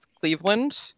Cleveland